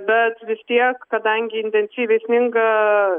bet vis tiek kadangi intensyviai sninga